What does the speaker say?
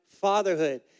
fatherhood